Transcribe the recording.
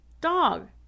Dog